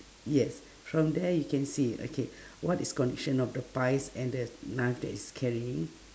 yes from there you can see okay what is connection of the pies and that knife that he's carrying